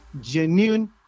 genuine